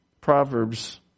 Proverbs